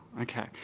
okay